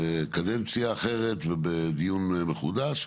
בקדנציה אחרת ובדיון מחודש,